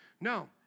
No